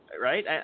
right